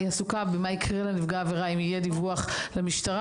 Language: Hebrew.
היא עסוקה במה יקרה לנפגע עבירה אם יהיה דיווח למשטרה,